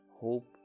hope